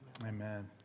Amen